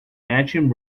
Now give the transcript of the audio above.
matching